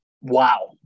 wow